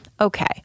okay